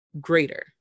greater